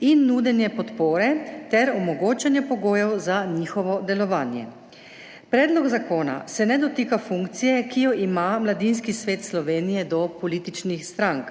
in nudenje podpore ter omogočanje pogojev za njihovo delovanje. Predlog zakona se ne dotika funkcije, ki jo ima Mladinski svet Slovenije do političnih strank,